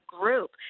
group